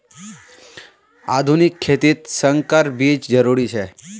आधुनिक खेतित संकर बीज जरुरी छे